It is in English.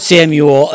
Samuel